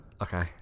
Okay